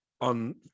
on